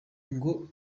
ngo